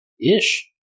ish